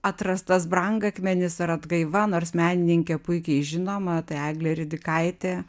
atrastas brangakmenis ar atgaiva nors menininkė puikiai žinoma tai eglė ridikaitė